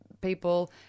people